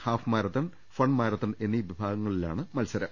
half marathon fun marathon എന്നീ വിഭാ ഗങ്ങളിലാണ് മത്സരം